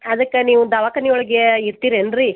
ಅದಕ್ಕೆ ನೀವು ದವಾಖಾನೆ ಒಳ್ಗೆ ಇರ್ತೀರೇನು ರೀ